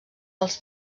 als